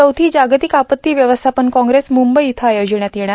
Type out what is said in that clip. चौथी जागतिक आपत्ती व्यवस्थापन काँग्रेस मुंबई इथं आयोजिण्यात येणार